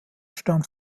stand